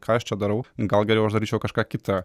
ką aš čia darau gal geriau aš daryčiau kažką kitą